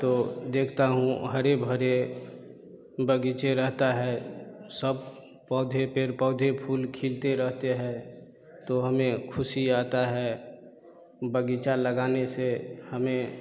तो देखता हूँ हरे भरे बगीचे रहता है सब पौधे पेड़ पौधे फूल खिलते रहते हैं तो हमें खुशी आता है बगीचा लगाने से हमें